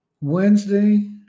Wednesday